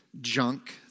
junk